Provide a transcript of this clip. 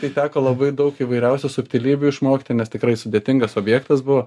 tai teko labai daug įvairiausių subtilybių išmokti nes tikrai sudėtingas objektas buvo